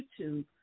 YouTube